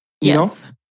Yes